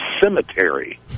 cemetery